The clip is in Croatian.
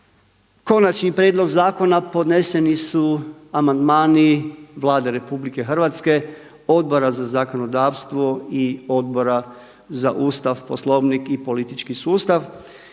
Konačni prijedlog zakona podneseni su amandmani Vlade RH, Odbora za zakonodavstvo i Odbora za Ustav, Poslovnik i politički sustav.